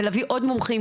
ולהביא עוד מומחים.